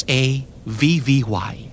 Savvy